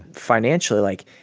financially. like,